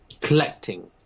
collecting